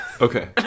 Okay